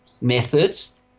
methods